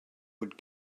would